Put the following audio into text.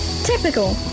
Typical